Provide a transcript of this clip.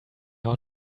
how